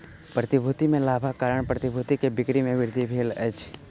प्रतिभूति में लाभक कारण प्रतिभूति के बिक्री में वृद्धि भेल अछि